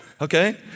Okay